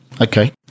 Okay